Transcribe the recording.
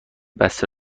بسته